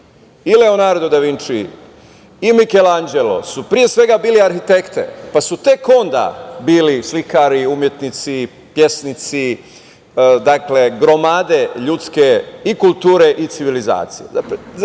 Leonardo Da Vinči i Mikelanđelo su pre svega bili arhitekte, pa su tek onda bili slikari, umetnici, pesnici, dakle gromade ljudske i kulture i civilizacije.